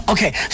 Okay